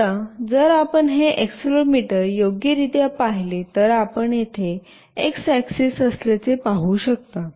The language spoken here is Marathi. आता जर आपण हे एक्सेलरमीटर योग्य रित्या पाहिले तर आपण येथे एक्स ऍक्सेस असल्याचे पाहू शकता